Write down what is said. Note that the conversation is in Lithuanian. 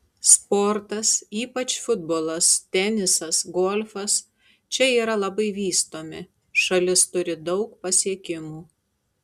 sportas ypač futbolas tenisas golfas čia yra labai vystomi šalis turi daug pasiekimų